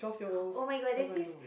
oh-my-god there's this